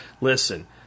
Listen